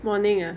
morning ah